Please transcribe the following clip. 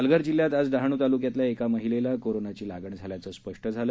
पालघर जिल्ह्यात आज डहाणू तालुक्यातल्या एका महिलेला कोरोनाची लागण झाल्याचं स्पष्ट झालं